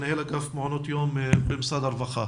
מנהל אגף מעונות יום במשרד הרווחה.